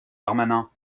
darmanin